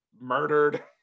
murdered